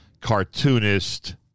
cartoonist